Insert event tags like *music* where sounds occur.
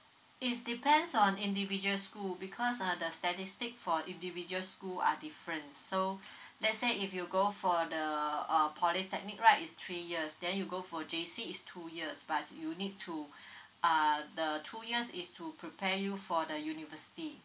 it's depends on individual school because ah the statistic for individual school are different so *breath* let's say if you go for the uh polytechnic right it's three years then you go for J_C is two years but you need to *breath* err the two years is to prepare you for the university